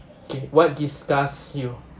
okay what disgusts you